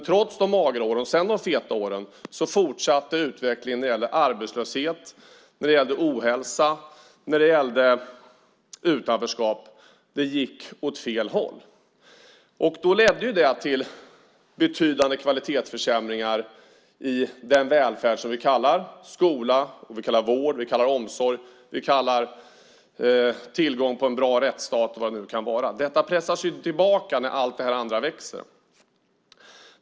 Trots de magra åren och sedan de feta åren fortsatte utvecklingen när det gällde arbetslöshet, när det gällde ohälsa och när det gällde utanförskap att gå åt fel håll. Det ledde till betydande kvalitetsförsämringar i den välfärd som vi kallar skola, vård, omsorg, tillgång till en bra rättsstat och vad det nu kan vara. Detta pressas ju tillbaka när allt det andra växer.